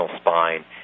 spine